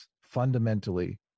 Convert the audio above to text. fundamentally